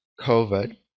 COVID